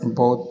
ବହୁତ